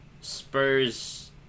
Spurs